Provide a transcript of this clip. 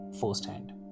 firsthand